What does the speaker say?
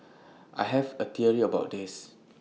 I have A theory about this